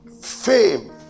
fame